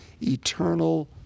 eternal